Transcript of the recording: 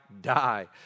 die